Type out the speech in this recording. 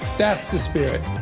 that's the spirit.